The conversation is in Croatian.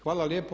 Hvala lijepo.